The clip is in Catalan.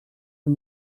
són